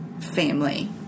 family